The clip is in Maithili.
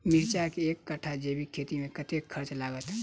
मिर्चा केँ एक कट्ठा जैविक खेती मे कतेक खर्च लागत?